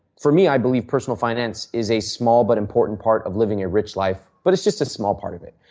for me i believe personal finance is a small but important part of living your rich life, but it is just a small part of it.